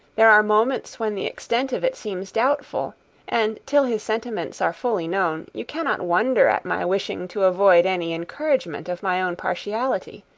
there are moments when the extent of it seems doubtful and till his sentiments are fully known, you cannot wonder at my wishing to avoid any encouragement of my own partiality,